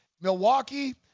Milwaukee